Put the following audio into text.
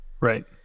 Right